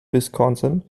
wisconsin